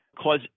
cause